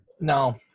No